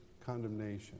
condemnation